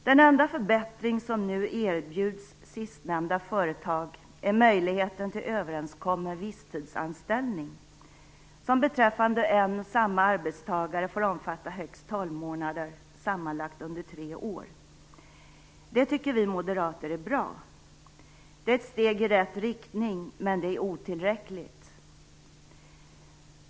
Den enda förbättring som nu erbjuds sistnämnda företag är möjligheten till överenskommen visstidsanställning som beträffande en och samma arbetstagare får omfatta högst tolv månader sammanlagt under tre år. Det tycker vi moderater är bra. Det är ett steg i rätt riktning, men det är otillräckligt.